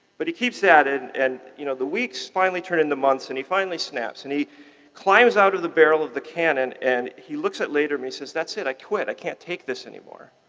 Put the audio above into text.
but he keeps at it. and you know the weeks finally turn into months, and he finally snaps. and he climbs out of the barrel of the cannon and he looks at lederman and he says, that's it. i quit. i can't take this anymore.